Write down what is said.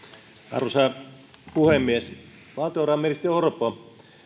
arvoisa puhemies valtiovarainministeri orpo